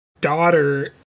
daughter